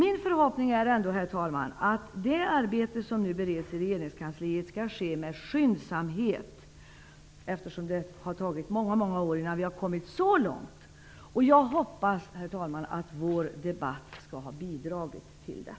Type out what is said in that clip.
Min förhoppning är att den beredning som nu sker i regeringskansliet skall ske med skyndsamhet, eftersom det har tagit många år innan vi har kommit så långt. Jag hoppas att vår debatt skall ha bidragit till det.